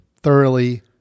thoroughly